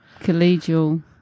collegial